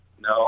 No